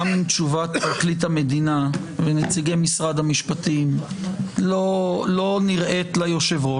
גם אם תשובת פרקליט המדינה ונציגי משרד המשפטים לא נראית ליושב-ראש,